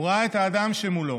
הוא ראה את האדם שמולו